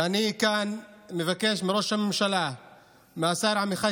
ואני כאן מבקש מראש הממשלה ומהשר עמיחי